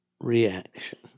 reaction